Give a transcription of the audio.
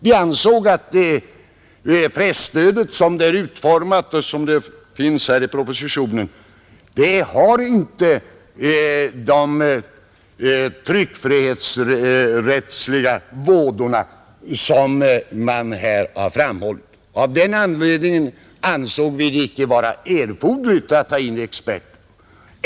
Vi ansåg att presstödet, såsom det är utformat i propositionen, inte medför de tryckfrihetsrättsliga vådor som man här har framhållit. Av den anledningen fann vi det icke nödvändigt att inkalla experter.